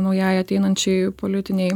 naujai ateinančiai politinei